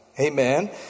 Amen